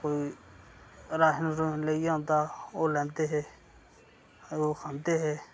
कोई राशन रुशन लेइयै औंदा हा ओह् लैंदे हे लोग खंदे हे